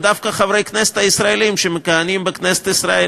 דווקא חברי הכנסת הישראלים שמכהנים בכנסת ישראל